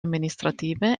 amministrative